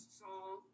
song